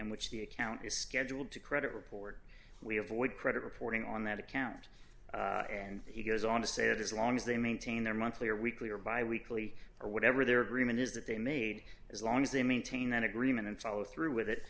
in which the account is scheduled to credit report we avoid credit reporting on that account and he goes on to say that as long as they maintain their monthly or weekly or bi weekly or whatever their agreement is that they made as long as they maintain an agreement and follow through with it